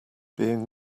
being